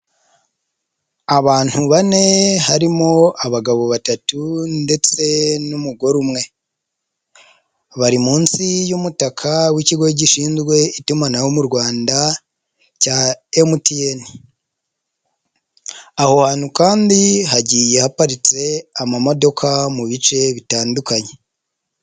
Abantu bane, harimo abagabo batatu ndetse n'umugore umwe, bari munsi y'umutaka w'ikigo gizwe itumanaho mu Rwanda cya MTN, aho hantu kandi hagiye ahaparitse amamodoka mu bice bitandukanye.